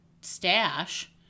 stash